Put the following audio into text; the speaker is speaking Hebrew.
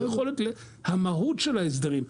המהות של ההסדרים.